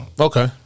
Okay